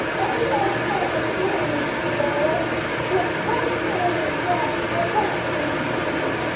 and we are come with willingness to bear what torturing death or punishment you please,